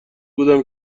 بودم